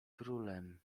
królem